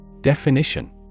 Definition